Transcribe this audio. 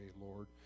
lord